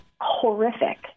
Horrific